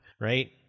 right